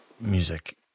music